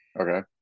Okay